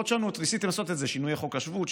ניסיתם לעשות שינוי בחוק השבות,